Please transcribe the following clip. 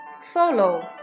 follow